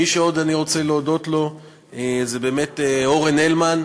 מי שאני רוצה עוד להודות לו זה אורן הלמן,